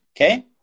okay